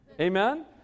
Amen